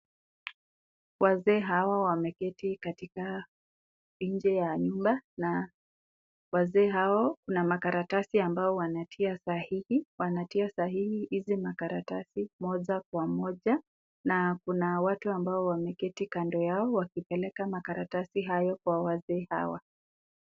Wazee hawa wameketi katika nje ya nyumba, na wazee hao kuna makaratasi ambayo wanatia sahin. Wanapiiga sahihi karatasi hizi moja kwa moja, na kuna watu ambao wameketi kando yao wakipelekea wazee makaratasi haya.